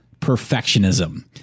perfectionism